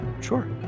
Sure